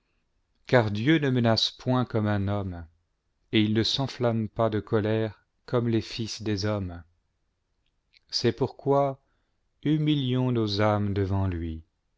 car dieu ne menace point comme un homme et il ne s'enflamme pas de colère comme les fils des hommes c'est pourquoi humilions nos âmes devant lui